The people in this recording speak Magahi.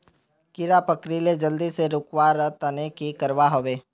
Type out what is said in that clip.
कीड़ा पकरिले जल्दी से रुकवा र तने की करवा होबे?